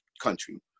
country